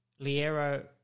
Liero